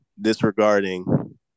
disregarding